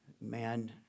man